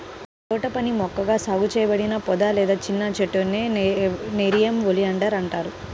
తోటపని మొక్కగా సాగు చేయబడిన పొద లేదా చిన్న చెట్టునే నెరియం ఒలియాండర్ అంటారు